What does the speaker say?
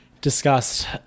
discussed